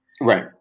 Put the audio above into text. Right